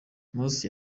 mose